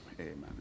Amen